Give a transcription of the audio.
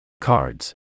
Cards